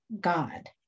God